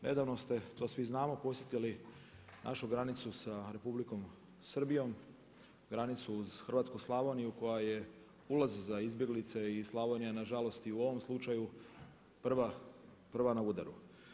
Nedavno ste to svi znamo posjetili našu granicu sa Republikom Srbijom, granicu uz hrvatsku Slavoniju koja je ulaz za izbjeglice i Slavonija je nažalost i u ovom slučaju prva na udaru.